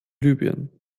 libyen